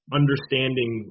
understanding